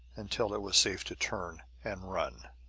until it was safe to turn and run.